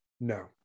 No